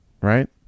right